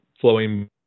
flowing